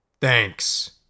Thanks